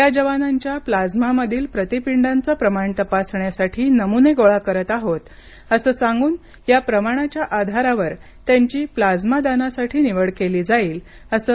या जवानांच्या प्लाझ्मामधील प्रतिपिंडांच प्रमाण तपासण्यासाठी नमुने गोळा करत आहोत असं सांगून या प्रमाणाच्या आधारावर त्यांची प्लाझ्मा दानासाठी निवड केली जाईल असं डॉ